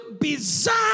bizarre